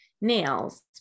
nails